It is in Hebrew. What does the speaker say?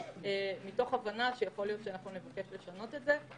מתוך הבנה שיכול להיות שנבקש לשנות את זה.